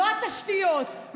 לא התשתיות,